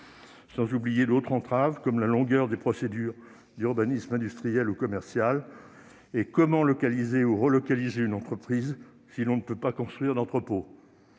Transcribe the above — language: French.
sans oublier d'autres entraves, comme la longueur des procédures d'urbanisme industriel ou commercial. Comment localiser ou relocaliser une entreprise, si l'on ne peut pas construire d'entrepôts